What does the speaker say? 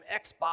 Xbox